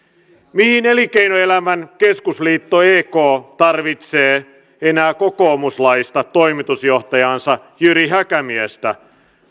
mihin elinkeinoelämän keskusliitto ek tarvitsee enää kokoomuslaista toimitusjohtajaansa jyri häkämiestä